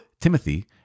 Timothy